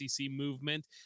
movement